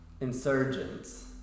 insurgents